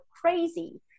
crazy